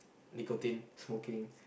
nicotine smoking